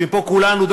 וכולנו פה,